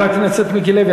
חבר הכנסת מיקי לוי,